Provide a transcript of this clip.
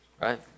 Right